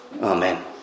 Amen